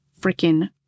freaking